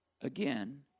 Again